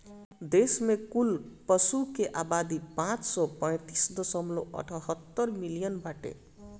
देश में कुल पशु के आबादी पाँच सौ पैंतीस दशमलव अठहत्तर मिलियन बाटे